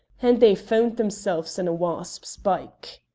and they found themselves in a wasp's byke.